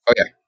Okay